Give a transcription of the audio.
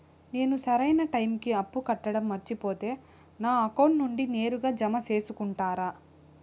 నేను సరైన టైముకి అప్పు కట్టడం మర్చిపోతే నా అకౌంట్ నుండి నేరుగా జామ సేసుకుంటారా?